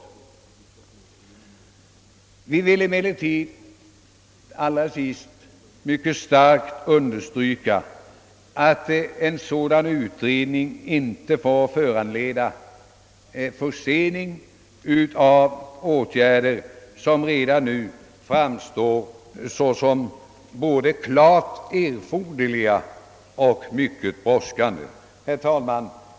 Vi vill emellertid allra sist mycket starkt understryka att en sådan utredning inte får föranleda försening av åtgärder som redan nu framstår såsom både klart erforderliga och mycket brådskande. Herr talman!